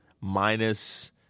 minus